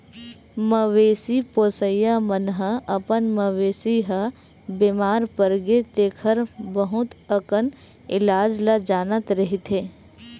मवेशी पोसइया मन ह अपन मवेशी ह बेमार परगे तेखर बहुत अकन इलाज ल जानत रहिथे